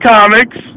Comics